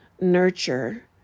nurture